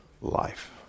Life